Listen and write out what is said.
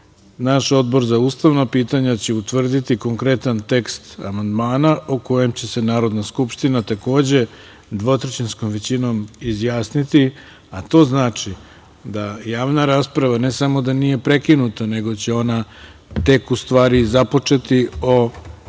naš Odbor za ustavna pitanja će utvrditi konkretan tekst amandmana o kojem će se Narodna skupština takođe dvotrećinskom većinom izjasniti, a to znači da javna rasprava ne samo da nije prekinuta nego će ona tek u stvari započeti o